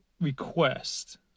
Request